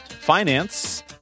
finance